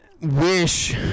Wish